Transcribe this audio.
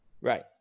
right